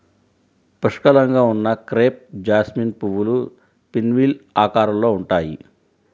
పుష్కలంగా ఉన్న crepe jasmine పువ్వులు పిన్వీల్ ఆకారంలో ఉంటాయి